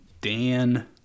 Dan